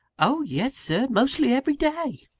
oh, yes, sir mostly every day.